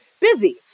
busy